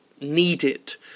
needed